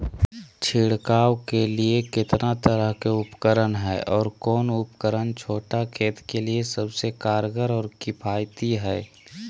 छिड़काव के लिए कितना तरह के उपकरण है और कौन उपकरण छोटा खेत के लिए सबसे कारगर और किफायती है?